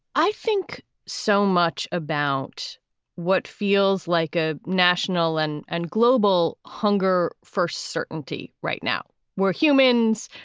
i think so much about what feels like a national and and global hunger for certainty. right now, we're humans.